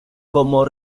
como